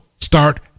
Start